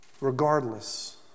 Regardless